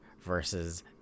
versus